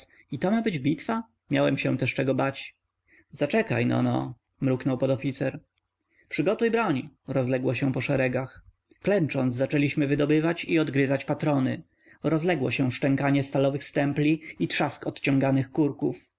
i to ma być bitwa miałem się też czego bać zaczekajno-no mruknął podoficer przygotuj broń rozległo się po szeregach klęcząc zaczęliśmy wydobywać i odgryzać patrony rozległo się szczękanie stalowych stępli i trzastk odciąganych kurków